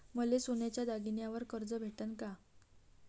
मले सोन्याच्या दागिन्यावर कर्ज भेटन का?